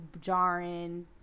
jarring